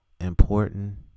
important